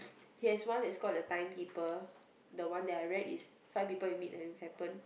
he has one that is called the Timekeeper the one that I read is five people that We Meet in Heaven